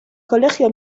colegio